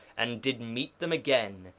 and did meet them again,